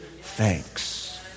thanks